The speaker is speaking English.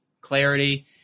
clarity